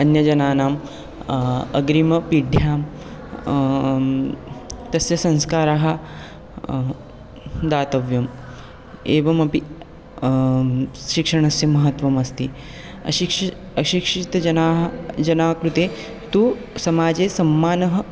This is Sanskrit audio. अन्यजनानाम् अग्रिमपीढ्यां तस्य संस्कारः दातव्यम् एवमपि शिक्षणस्य महत्त्वमस्ति अशिक्ष् अशिक्षितजनाः जना कृते तु समाजे सम्माननम्